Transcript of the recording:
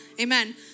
Amen